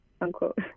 unquote